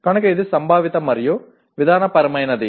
కనుక ఇది సంభావిత కాన్సేప్చువల్ మరియు విధానపరమైనది